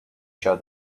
show